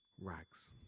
rags